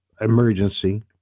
emergency